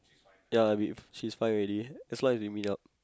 ya with she's fine already as long as we meet up